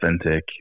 authentic